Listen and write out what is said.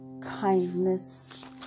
kindness